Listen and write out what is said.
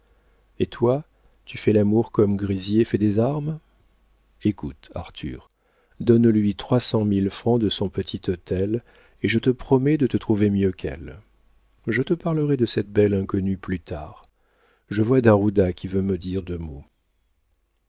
et toi tu fais l'amour comme grisier fait des armes écoute arthur donne-lui trois cent mille francs de son petit hôtel et je te promets de te trouver mieux qu'elle je te parlerai de cette belle inconnue plus tard je vois d'ajuda qui veut me dire deux mots